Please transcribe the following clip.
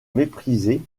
méprisé